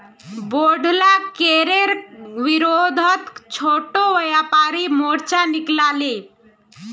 बोढ़ला करेर विरोधत छोटो व्यापारी मोर्चा निकला ले